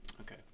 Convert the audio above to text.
Okay